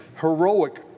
heroic